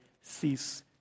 cease